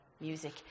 music